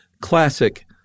Classic